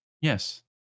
Yes